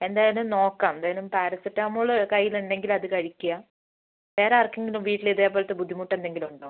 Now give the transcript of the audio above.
എന്തായാലും നോക്കാം എന്തായാലും പാരസിറ്റമോള് കയ്യിലുണ്ടെങ്കില് അത് കഴിക്കുക വേറെ ആർക്കെങ്കിലും വീട്ടില് ഇതേപോലത്തെ ബുദ്ധിമുട്ട് എന്തെങ്കിലും ഉണ്ടോ